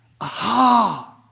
Aha